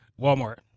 Walmart